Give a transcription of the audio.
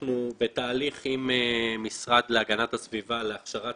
אנחנו בתהליך עם משרד להגנת הסביבה להכשרת